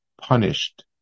punished